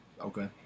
Okay